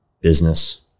business